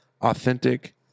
authentic